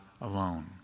alone